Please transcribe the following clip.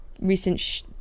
recent